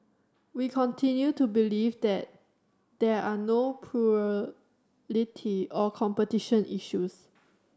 we continue to believe that there are no plurality or competition issues